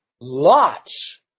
lots